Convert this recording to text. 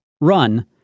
run